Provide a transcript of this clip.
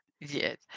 Yes